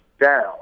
down